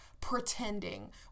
pretending